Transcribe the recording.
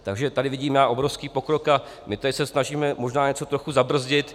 Takže tady vidím obrovský pokrok, a my tady se snažíme možná něco trochu zabrzdit.